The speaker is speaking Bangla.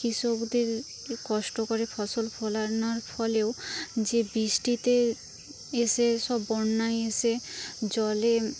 কৃষকদের কষ্ট করে ফসল ফলানোর ফলেও যে বীজটিতে এসে সব বন্যায় এসে জলে